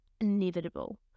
inevitable